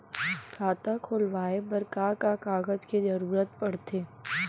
खाता खोलवाये बर का का कागज के जरूरत पड़थे?